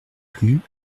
plus